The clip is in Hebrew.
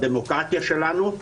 בדמוקרטיה שלנו.